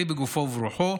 בריא בגופו וברוחו,